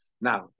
Now